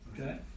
okay